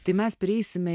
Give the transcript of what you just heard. tai mes prieisime